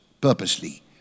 purposely